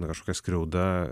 na kažkokia skriauda